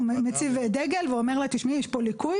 הוא מציב דגל ואומר לה שיש שם ליקוי